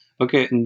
Okay